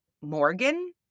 Morgan